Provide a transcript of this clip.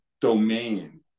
domain